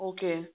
Okay